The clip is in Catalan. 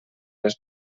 les